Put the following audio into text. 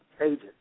agent